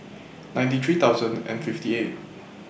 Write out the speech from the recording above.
ninety three thousand and fifty eight